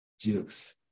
juice